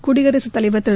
குடியரசுத்தலைவா் திரு